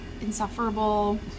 insufferable